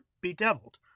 Bedeviled